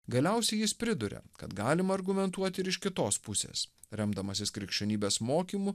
galiausiai jis priduria kad galima argumentuoti ir iš kitos pusės remdamasis krikščionybės mokymu